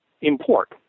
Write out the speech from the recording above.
import